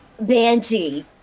Banshee